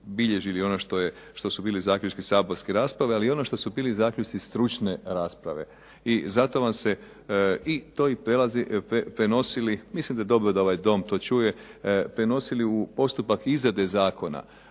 bilježili ono što su bili zaključci saborske rasprave ali i ono što su bili zaključci stručne rasprave. I zato vam se i to prenosili, mislim da je to dobro da ovaj Dom to čuje prenosili u postupak izrade zakona.